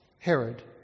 Herod